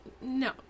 no